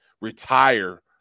retire